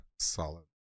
solid